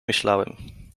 myślałem